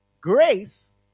grace